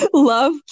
love